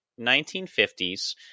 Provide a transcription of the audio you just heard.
1950s